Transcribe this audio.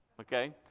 okay